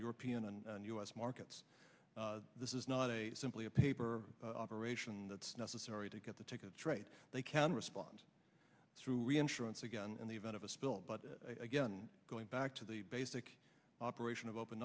european u s markets this is not a simply a paper operation that's necessary to get the tickets right they can respond through reinsurance again in the event of a spill but again going back to the basic operation of open